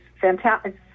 fantastic